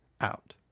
out